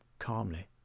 calmly